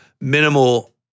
minimal